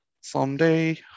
Someday